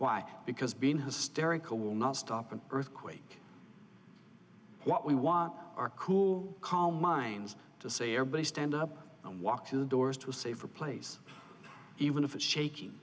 why because being hysterical will not stop an earthquake what we want our cool calm minds to say airbase stand up and walk through the doors to a safer place even if it's shak